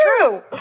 true